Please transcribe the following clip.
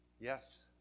yes